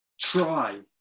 try